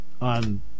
on